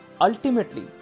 Ultimately